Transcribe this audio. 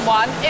one